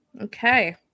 okay